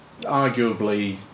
arguably